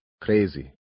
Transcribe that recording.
crazy